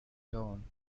tone